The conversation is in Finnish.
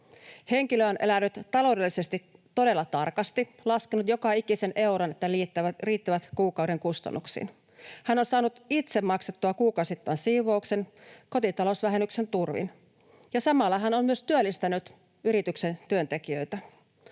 Henkilö on elänyt taloudellisesti todella tarkasti ja laskenut joka ikisen euron niin, että ne riittävät kuukauden kustannuksiin. Hän on saanut itse maksettua kuukausittain siivouksen kotitalousvähennyksen turvin, ja samalla hän on myös työllistänyt yrityksen työntekijöitä.